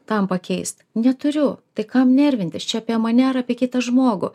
tam pakeist neturiu tai kam nervintis čia apie mane ar apie kitą žmogų